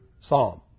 psalm